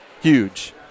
Huge